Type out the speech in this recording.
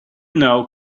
know